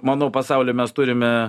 manau pasauly mes turime